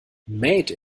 made